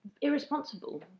irresponsible